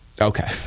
Okay